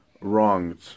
wronged